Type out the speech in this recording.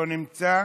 לא נמצא,